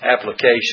application